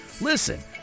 Listen